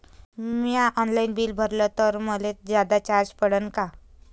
म्या online bill भरलं तर मले जादा चार्ज पडन का?